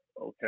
okay